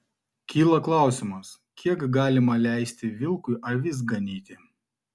kyla klausimas kiek galima leisti vilkui avis ganyti